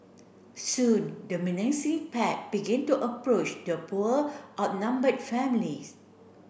soon the menacing pack begin to approach the poor outnumbered family